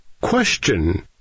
Question